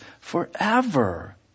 forever